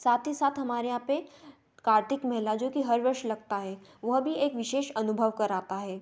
साथ ही साथ हमारे यहाँ पर कार्तिक मेला जो कि हर वर्ष लगता है वह भी एक विशेष अनुभव कराता है